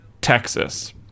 Texas